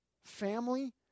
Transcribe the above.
family